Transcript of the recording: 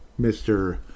mr